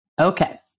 Okay